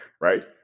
Right